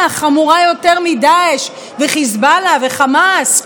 חמורה יותר מדאעש וחיזבאללה וחמאס,